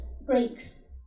breaks